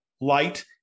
light